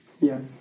Yes